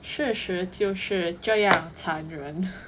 事实就是这样残忍